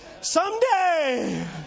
someday